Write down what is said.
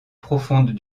profondes